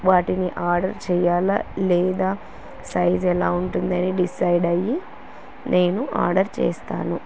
వాటిని ఆర్డర్ చెయ్యాలా లేదా సైజు ఎలా ఉంటుందని డిసైడ్ అయ్యి నేను ఆర్డర్ చేస్తాను